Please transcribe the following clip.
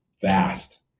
vast